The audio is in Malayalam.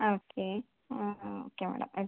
ആ ഓക്കെ ആ ആ ഓക്കെ മേഡം അത്